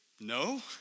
no